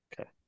Okay